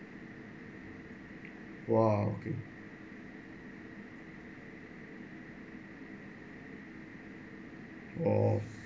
!wah! okay oh